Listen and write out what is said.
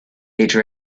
age